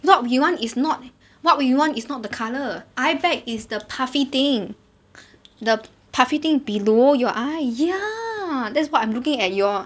what you want is not what we want is not the colour eye bag is the puffy thing the puffy thing below your eye ya that's what I'm looking at your